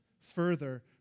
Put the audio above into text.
further